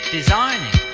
Designing